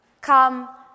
Come